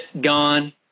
gone